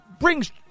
brings